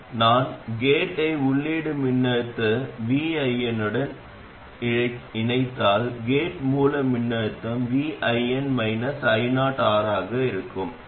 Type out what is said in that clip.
இந்த Cp இல் எவ்வளவு மின்னோட்டம் பாய்கிறது என்பதைப் பார்ப்பதன் மூலம் எதிர்மறையான பின்னூட்ட நடவடிக்கை மிகவும் தெளிவாக இருக்க வேண்டும் மற்றும் அது வித்தியாசமான id ii ஐப் பொறுத்தது